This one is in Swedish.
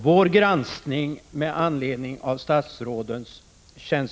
Prot. 1985/86:146 Herr talman!